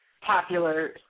popular